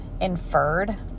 inferred